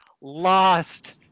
lost